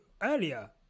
earlier